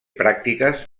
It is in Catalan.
pràctiques